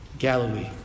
Galilee